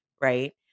Right